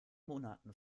monaten